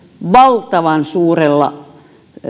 valtavan suurella